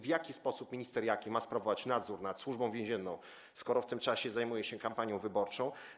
W jaki sposób minister Jaki ma sprawować nadzór nad Służbą Więzienną, skoro w tym czasie zajmuje się kampanią wyborczą?